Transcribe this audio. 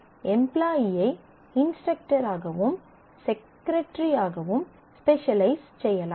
எம்ப்லாயீயை இன்ஸ்ட்ரக்டராகவும் செக்ரட்ரி ஆகவும் ஸ்பெசலைஸ் செய்யலாம்